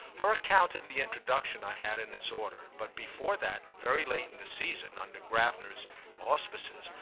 her account of the introduction i had in its order, but before that, very late in the season, under gravener's auspices,